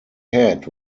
head